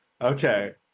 okay